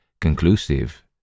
conclusive